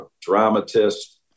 dramatist